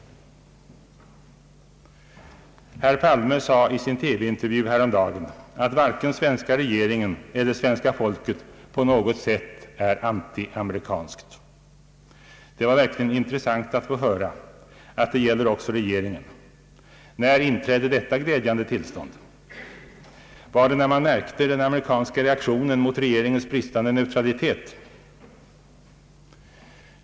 Herr Palme sade i sin TV-intervju häromdagen att varken svenska regeringen eller svenska folket på något sätt var anti-amerikanskt. Det var verkligen intressant att få höra att det också gäl Allmänpolitisk debatt ler regeringen. När inträdde detta glädjande tillstånd? Var det när man märkte den amerikanska reaktionen mot regeringens bristande neutralitet?